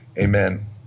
Amen